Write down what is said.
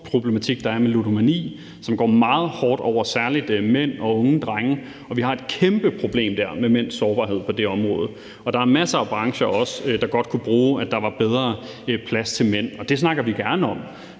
problematik, der er med ludomani, som går meget hårdt ud over særlig mænd og unge drenge, og vi har et kæmpe problem der med mænds sårbarhed på det område. Og der er masser af brancher, der godt kunne bruge, at der var bedre plads til mænd, og det snakker vi gerne om.